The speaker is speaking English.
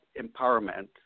empowerment